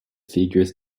figures